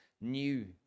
new